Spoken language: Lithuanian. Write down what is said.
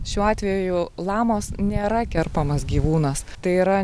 šiuo atveju lamos nėra kerpamas gyvūnas tai yra